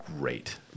great